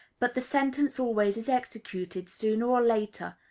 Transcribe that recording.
but the sentence always is executed, sooner or later,